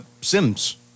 Sims